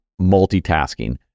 multitasking